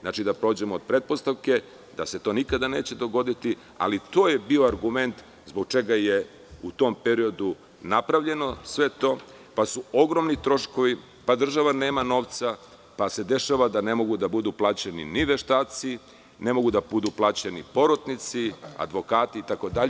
Znači, da pođemo od pretpostavke da se to nikada neće dogoditi, ali to je bio argument zbog čega je u tom periodu napravljeno sve to, pa su ogromni troškovi, pa država nema novca, pa se dešava da ne mogu da budu plaćeni ni veštaci, ni porotnici, advokati itd.